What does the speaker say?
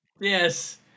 Yes